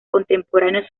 contemporáneos